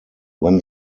when